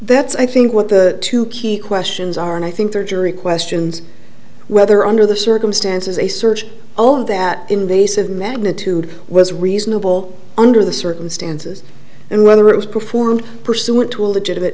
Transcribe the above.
that's i think what the two key questions are and i think the jury questions whether under the circumstances a search all of that invasive magnitude was reasonable under the circumstances and whether it was performed pursuant to a legitimate